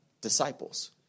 disciples